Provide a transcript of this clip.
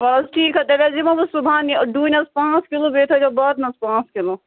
آز ٹھیٖک تیلہِ حظ یِمو بہٕ صبحن ڈوٗنۍ حظ پانٛژھ کِلوٗ بیٚیہِ تھٲے زیو بادمس پانژھ کِلوٗ